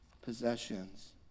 Possessions